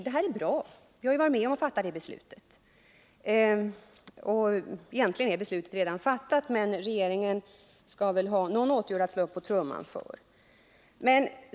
Det är bra — vi har också varit med om att fatta det beslutet, men regeringen skall väl ha någon åtgärd att slå på trumman för.